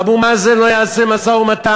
אבו מאזן לא יעשה משא-ומתן.